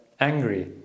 angry